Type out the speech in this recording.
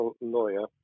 lawyer